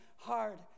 Hard